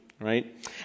right